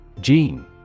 Gene